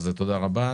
תודה רבה.